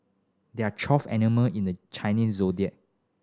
there are twelve animal in the Chinese Zodiac